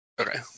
Okay